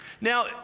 Now